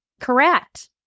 Correct